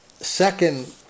second